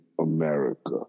America